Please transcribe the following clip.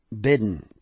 bidden